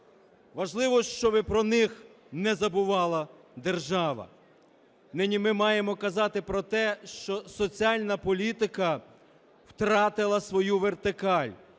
Важливо, щоб про них не забувала держава. Нині ми маємо казати про те, що соціальна політика втратила свою вертикаль,